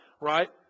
right